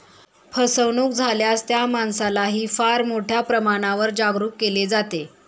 फसवणूक झाल्यास त्या माणसालाही फार मोठ्या प्रमाणावर जागरूक केले जाते